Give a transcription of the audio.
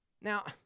Now